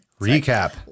recap